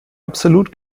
absolut